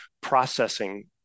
processing